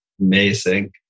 Amazing